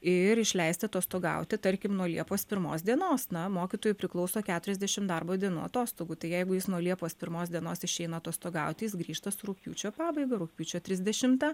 ir išleisti atostogauti tarkim nuo liepos pirmos dienos na mokytojui priklauso keturiasdešim darbo dienų atostogų tai jeigu jis nuo liepos pirmos dienos išeina atostogauti jis grįžta su rugpjūčio pabaiga rugpjūčio trisdešimtą